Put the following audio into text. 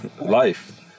life